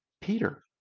Peter